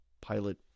pilot